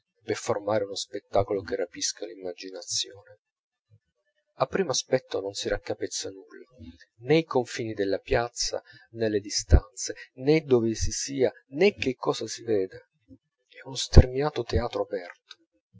formare uno spettacolo che rapisca l'immaginazione a primo aspetto non si raccapezza nulla nè i confini della piazza nè le distanze nè dove si sia nè che cosa si veda è uno sterminato teatro aperto